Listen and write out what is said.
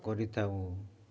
କରିଥାଉ